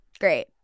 great